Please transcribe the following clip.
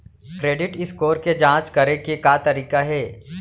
Credit score के जाँच करे के का तरीका हे?